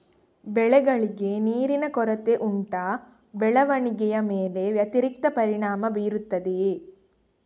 ಬೆಳೆಗಳಿಗೆ ನೀರಿನ ಕೊರತೆ ಉಂಟಾ ಬೆಳವಣಿಗೆಯ ಮೇಲೆ ವ್ಯತಿರಿಕ್ತ ಪರಿಣಾಮಬೀರುತ್ತದೆಯೇ?